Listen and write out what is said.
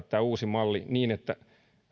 tämä uusi malli voidaan toteuttaa niin että